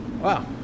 Wow